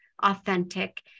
authentic